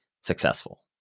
successful